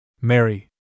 Mary